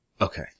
Okay